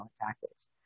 tactics